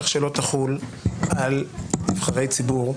כך שלא תחול על נבחרי ציבור,